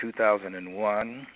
2001